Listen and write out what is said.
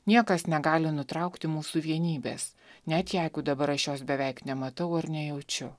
niekas negali nutraukti mūsų vienybės net jeigu dabar aš jos beveik nematau ar nejaučiu